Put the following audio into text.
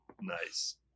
Nice